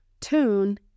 tune